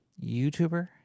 YouTuber